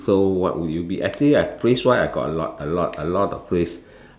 so what will you be actually right phrase wise I got a lot a lot a lot of phrase